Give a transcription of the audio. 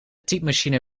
typemachine